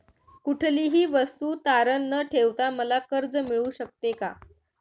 कुठलीही वस्तू तारण न ठेवता मला कर्ज मिळू शकते का?